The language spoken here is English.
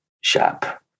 shop